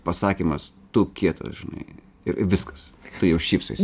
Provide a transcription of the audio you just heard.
pasakymas tu kietas žinai ir viskas tu jau šypsaisi